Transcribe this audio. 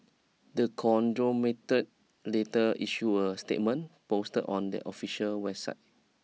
the conglomeratelater issued a statement posted on their official website